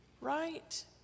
right